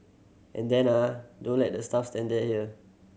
and then ah don't let the staff stand here